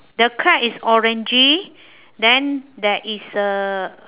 the crab is orangey then there is a